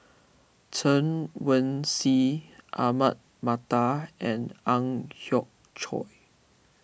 Chen Wen Hsi Ahmad Mattar and Ang Hiong Chiok